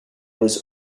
was